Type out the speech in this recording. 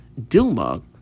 Dilma